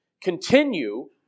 continue